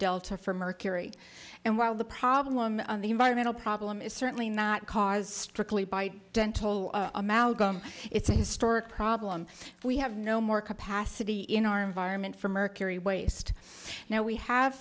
delta for mercury and while the problem on the environmental problem is certainly not cause strictly by dental amalgam it's a historic problem we have no more capacity in our environment for mercury waste now we have